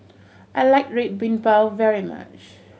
I like Red Bean Bao very much